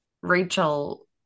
Rachel